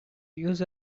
use